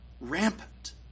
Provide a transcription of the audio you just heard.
rampant